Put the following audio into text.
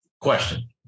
Question